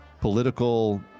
political